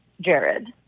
Jared